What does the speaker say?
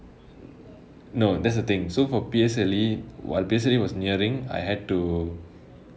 no that's the thing so for P_S_L_E while P_S_L_E was nearing I had to